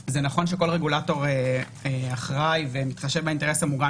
זה נכון שכל רגולטור אחראי ומתחשב באינטרס המוגן